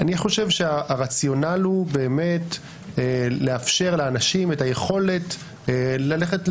אני חושב שהרציונל הוא באמת לאפשר לאנשים את היכולת ללכת,